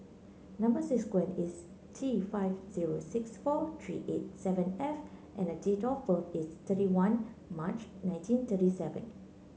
number sequence is T five zero six four three eight seven F and date of birth is thirty one March nineteen thirty seven